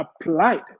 applied